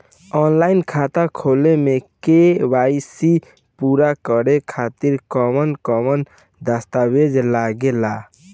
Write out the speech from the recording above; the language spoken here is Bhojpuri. आनलाइन खाता खोले में के.वाइ.सी पूरा करे खातिर कवन कवन दस्तावेज लागे ला?